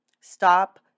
Stop